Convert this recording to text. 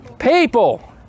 People